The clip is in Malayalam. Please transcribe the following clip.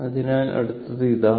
അതിനാൽ അടുത്തത് ഇതാണ്